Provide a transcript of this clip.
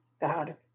God